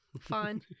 Fine